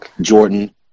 Jordan